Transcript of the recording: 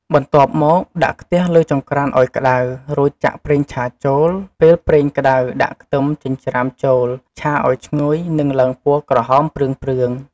បន្ទាប់មក ដាក់ខ្ទះលើចង្ក្រានឱ្យក្តៅ រួចចាក់ប្រេងឆាចូល ពេលប្រេងក្តៅ ដាក់ខ្ទឹមចិញ្ច្រាំចូល ឆាឱ្យឈ្ងុយ និងឡើងពណ៌ក្រហមព្រឿងៗ។